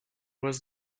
was